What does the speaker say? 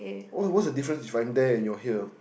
what what's the difference if I'm there and you are here